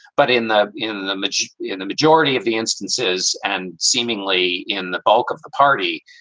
but in the in the match, the and the majority of the instances and seemingly in the bulk of the party,